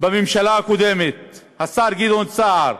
בממשלה הקודמת, השר גדעון סער,